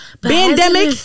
pandemic